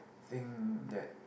thing that